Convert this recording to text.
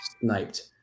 sniped